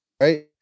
right